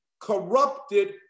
corrupted